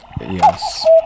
Yes